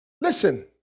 Listen